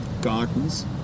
gardens